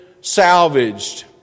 salvaged